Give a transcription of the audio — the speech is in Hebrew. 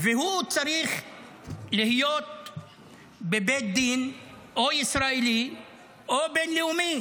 והוא צריך להיות בבית דין ישראלי או בין-לאומי